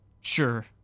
Sure